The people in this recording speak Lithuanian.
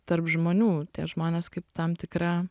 tarp žmonių tie žmonės kaip tam tikra